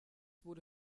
wurde